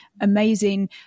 amazing